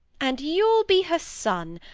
and you'll be her son.